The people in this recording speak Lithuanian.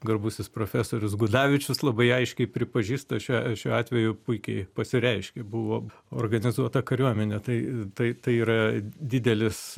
garbusis profesorius gudavičius labai aiškiai pripažįsta šiuo šiuo atveju puikiai pasireiškia buvo organizuota kariuomenė tai tai tai yra didelis